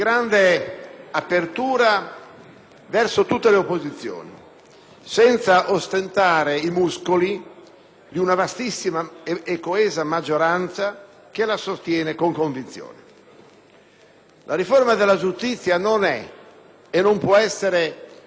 senza ostentare i muscoli di una vastissima e coesa maggioranza che la sostiene con convinzione. La riforma della giustizia non è e non può essere una riforma per la maggioranza e contro l'opposizione.